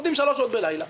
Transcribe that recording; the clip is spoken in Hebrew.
עובדים שלוש שעות בלילה.